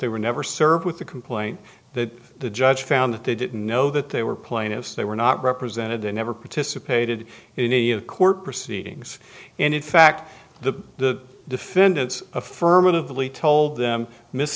they were never served with the complaint that the judge found that they didn't know that they were plaintiffs they were not represented they never participated in any of court proceedings and in fact the defendants affirmatively told them miss